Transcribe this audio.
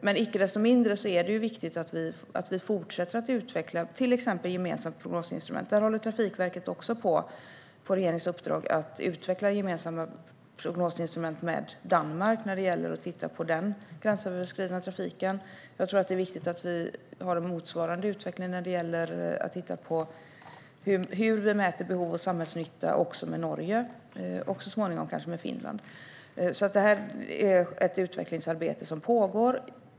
Men icke desto mindre är det viktigt att vi fortsätter att utveckla till exempel ett gemensamt prognosinstrument. Trafikverket håller, på regeringens uppdrag, på att utveckla gemensamma prognosinstrument med Danmark när det gäller den gränsöverskridande trafiken. Jag tror att det är viktigt att vi har en motsvarande utveckling när det gäller att titta på hur man mäter behov och samhällsnytta också tillsammans med Norge och så småningom kanske med Finland. Detta är alltså ett utvecklingsarbete som pågår.